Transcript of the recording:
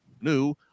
new